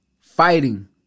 Fighting